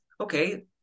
Okay